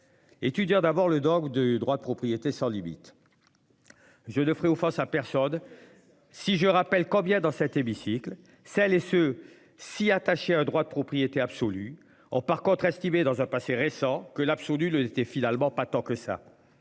Étudiant d'abord le du droit de propriété sans limite. Je ne ferai face à personne. Si je rappelle combien dans cet hémicycle celles et ceux-ci attachés un droit de propriété absolue en par contre estimé dans un passé récent que l'absolu le était finalement pas tant que ça.